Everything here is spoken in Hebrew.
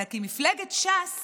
אלא כי מפלגת ש"ס